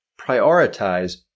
prioritize